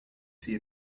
see